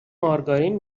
مارگارین